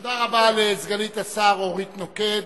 תודה רבה לסגנית השר אורית נוקד.